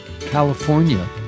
California